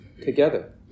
together